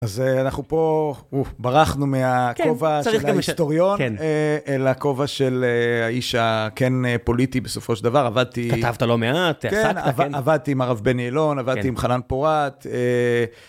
אז אנחנו פה, ברחנו מהכובע של ההיסטוריון, אל הכובע של האיש הכן פוליטי בסופו של דבר, עבדתי... כתבת לא מעט, עסקת, כן. עבדתי עם הרב בני אלון, עבדתי עם חנן פורט.